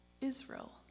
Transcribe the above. Israel